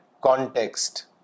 context